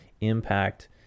impact